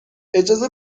اجازه